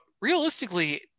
realistically